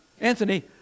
Anthony